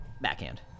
Backhand